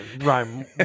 rhyme